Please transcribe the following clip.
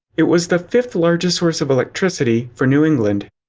it was the fifth-largest source of electricity for new england.